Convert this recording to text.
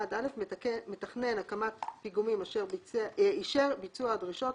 (1א) מתכנן הקמת פיגומים אישר ביצוע הדרישות